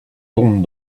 tombe